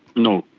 no,